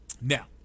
Now